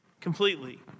completely